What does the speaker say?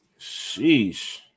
Sheesh